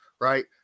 right